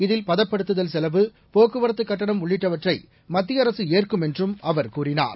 இதில் பதப்படுத்துதல் செலவு போக்குவரத்து கட்டணம் உள்ளிட்டவற்றை மத்திய அரசு ஏற்கும் என்றும் அவர் கூறினார்